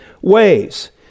ways